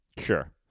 Sure